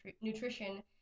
nutrition